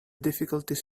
difficulties